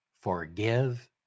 forgive